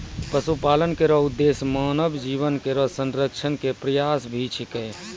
पशुपालन केरो उद्देश्य मानव जीवन केरो संरक्षण क प्रयास भी छिकै